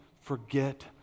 forget